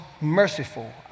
merciful